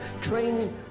training